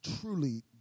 Truly